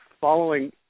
following